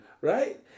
right